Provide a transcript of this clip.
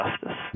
justice